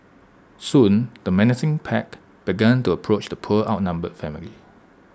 soon the menacing pack began to approach the poor outnumbered family